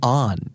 on